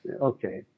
Okay